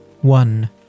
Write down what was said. one